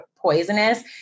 poisonous